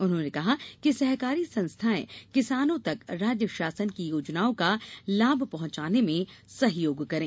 उन्होंने कहा कि सहकारी संस्थाएँ किसानों तक राज्य शासन की योजनाओं का लाभ पहुँचाने में सहयोग करें